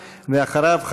ואחריו,